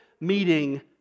meeting